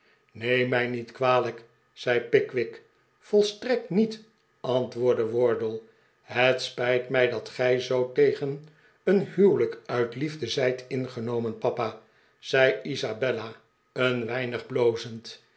neem mij niet kwalijk zei pickwick volstrekt niet antwoordde wardle het spijt mij dat gij zoo tegen een huwelijk uit liefde zijt ingenomen papa zei isabella een weinig